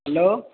hello